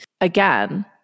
Again